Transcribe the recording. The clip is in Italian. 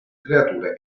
creature